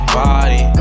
body